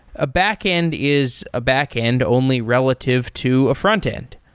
a backend is a backend only relative to a frontend,